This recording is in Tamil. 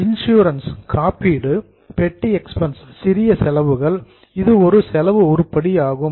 இன்சூரன்ஸ் காப்பீடு பெட்டி எக்பென்சஸ் சிறிய செலவுகள் இது ஒரு செலவு உருப்படி ஆகும்